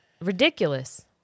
Ridiculous